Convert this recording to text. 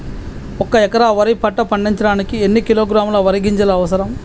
ఒక్క ఎకరా వరి పంట పండించడానికి ఎన్ని కిలోగ్రాముల వరి గింజలు అవసరం?